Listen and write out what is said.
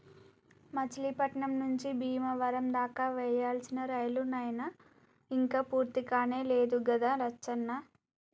మచిలీపట్నం నుంచి బీమవరం దాకా వేయాల్సిన రైలు నైన ఇంక పూర్తికానే లేదు గదా లచ్చన్న